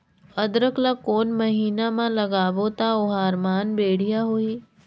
अदरक ला कोन महीना मा लगाबो ता ओहार मान बेडिया होही?